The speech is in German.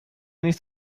nicht